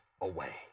away